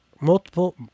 multiple